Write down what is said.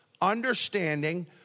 understanding